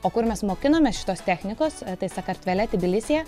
o kur mes mokinomės šitos technikos tai sakartvele tbilisyje